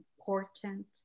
important